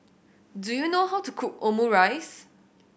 do you know how to cook Omurice